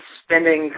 spending